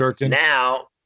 Now